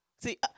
see